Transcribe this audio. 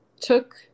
took